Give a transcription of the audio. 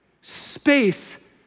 space